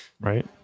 right